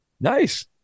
Nice